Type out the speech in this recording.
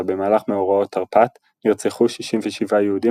במהלך מאורעות תרפ"ט נרצחו 67 יהודים